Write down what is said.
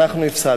אנחנו הפסדנו".